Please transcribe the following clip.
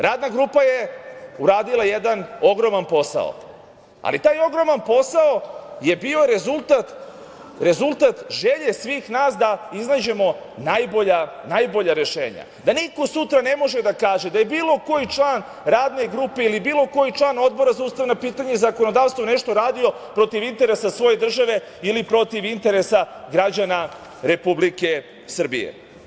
Radna grupa je uradila jedan ogroman posao, ali taj ogroman posao je bio rezultat želje svih nas da iznađemo najbolja rešenja, da niko sutra ne može da kaže da je bilo koji član Radne grupe ili bilo koji član Odbora za ustavna pitanja i zakonodavstvo nešto radio protiv interesa svoje države ili protiv interesa građana Republike Srbije.